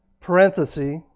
parenthesis